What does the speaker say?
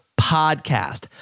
Podcast